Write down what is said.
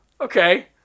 Okay